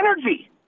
energy